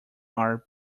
are